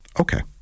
Okay